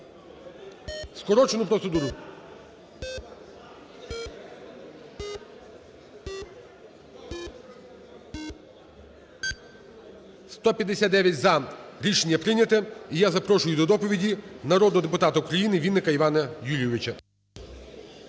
скорочену процедуру. 17:07:51 За-159 Рішення прийнято. І я запрошую до доповіді народного депутата України Вінника Івана Юлійовича.